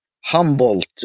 Humboldt